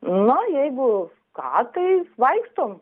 na jeigu katais vaikštom